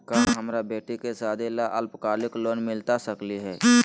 का हमरा बेटी के सादी ला अल्पकालिक लोन मिलता सकली हई?